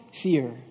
fear